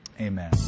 amen